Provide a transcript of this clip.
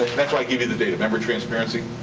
that's why i give you the data. remember, transparency.